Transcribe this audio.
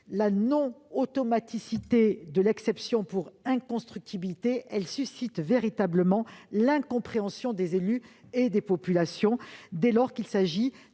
la non-automaticité de l'exception pour inconstructibilité suscite l'incompréhension des élus et des populations, dès lors qu'il s'agit